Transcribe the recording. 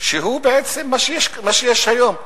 שהוא בעצם מה שיש היום,